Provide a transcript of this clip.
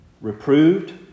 reproved